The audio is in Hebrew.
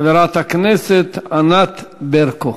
חברת הכנסת ענת ברקו.